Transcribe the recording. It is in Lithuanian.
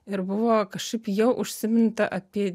ir buvo kažkaip jau užsiminta apie